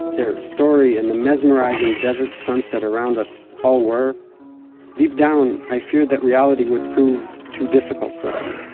their story and the mesmerizing desert sunset around us all were deep down i feared that reality would prove too difficult for them.